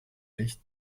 recht